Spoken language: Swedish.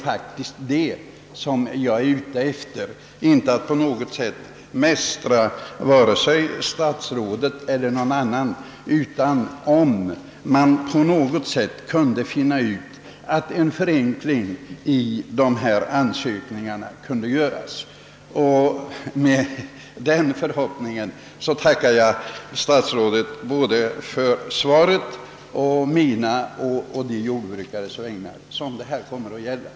Jag vill naturligtvis inte mästra statsrådet eller någon annan utan uttalar endast denna förhoppning om att en förenkling av ansökningsförfarandet skall kunna göras. På mina egna och de jordbrukares vägnar som det gäller tackar jag än en gång statsrådet för svaret.